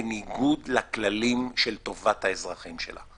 בניגוד לכללים של טובת האזרחים שלה.